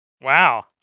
wow